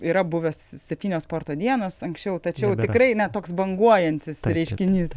yra buvęs septynios sporto dienos anksčiau tačiau tikrai ne toks banguojantis reiškinys